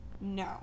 no